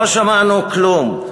לא שמענו כלום.